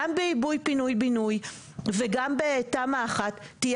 גם בעיבוי פינוי-בינוי וגם בתמ"א1 תהיה